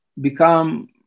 become